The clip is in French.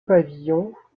pavillons